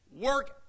work